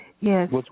Yes